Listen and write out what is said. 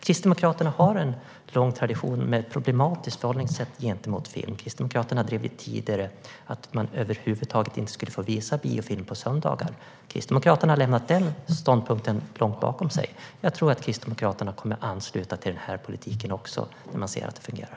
Kristdemokraterna har en lång tradition med ett problematiskt förhållningssätt gentemot film. Partiet drev tidigare på för att man över huvud taget inte skulle få visa biofilm på söndagar. Kristdemokraterna har lämnat den ståndpunkten långt bakom sig, och jag tror att man kommer att ansluta även till denna politik när man ser att den fungerar.